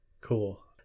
Cool